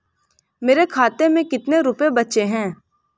मेरे खाते में कितने रुपये बचे हैं?